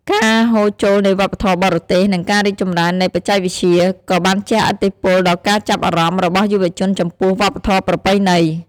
ការហូរចូលនៃវប្បធម៌បរទេស និងការរីកចម្រើននៃបច្ចេកវិទ្យា ក៏បានជះឥទ្ធិពលដល់ការចាប់អារម្មណ៍របស់យុវជនចំពោះវប្បធម៌ប្រពៃណី។